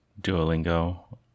Duolingo